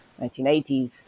1980s